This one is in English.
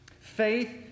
Faith